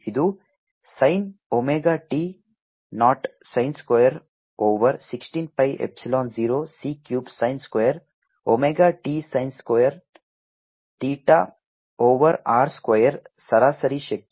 ಇದು sin omega t naught sin square over 16 pi epsilon 0 c cube sin square omega t sin squared theta over r square ಸರಾಸರಿ ಶಕ್ತಿ